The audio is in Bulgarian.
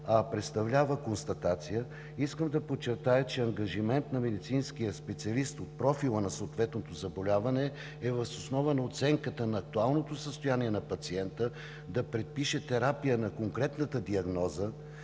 а представлява констатация, искам да подчертая, че ангажимент на медицинския специалист от профила на съответното заболяване е въз основа на оценката на актуалното състояние на пациента да предпише терапия за конкретната диагноза